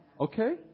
Okay